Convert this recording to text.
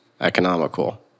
economical